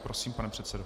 Prosím, pane předsedo.